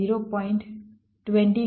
4 વત્તા 0